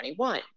2021